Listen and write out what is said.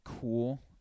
cool